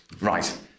Right